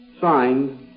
Signed